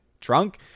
Drunk